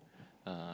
uh